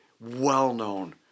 well-known